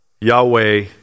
Yahweh